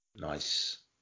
Nice